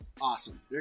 awesome